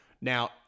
Now